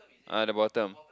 ah the bottom